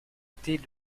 était